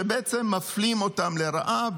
שבעצם מפלים אותם לרעה,